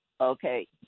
okay